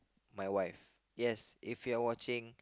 my wife yes if you are watching